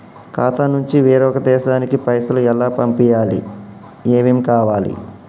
ఖాతా నుంచి వేరొక దేశానికి పైసలు ఎలా పంపియ్యాలి? ఏమేం కావాలి?